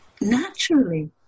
naturally